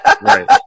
Right